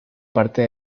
parte